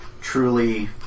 truly